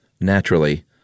naturally